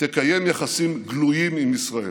תקיים יחסים גלויים עם ישראל.